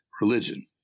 religion